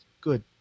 good